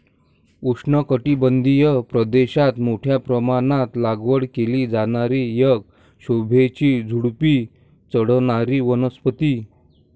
उष्णकटिबंधीय प्रदेशात मोठ्या प्रमाणात लागवड केली जाणारी एक शोभेची झुडुपी चढणारी वनस्पती